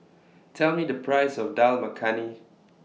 Tell Me The Price of Dal Makhani